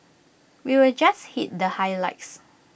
we'll just hit the highlights